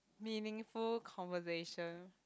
meaningful conversation